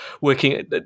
working